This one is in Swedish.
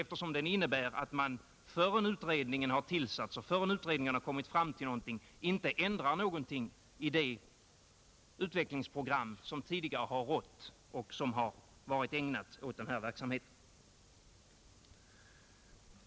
Den innebär nämligen att man, innan utredningen har tillsatts och kommit fram till något, inte ändrar någonting i den utvecklingsprocess som tidigare har gällt för den här verksamheten.